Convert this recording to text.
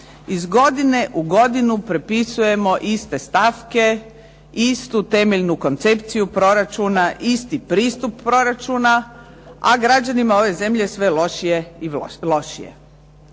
iz godine u godinu prepisujemo iste stavke, istu temeljnu koncepciju proračuna, isti pristup proračuna, a građanima ove zemlje je sve lošije i lošije.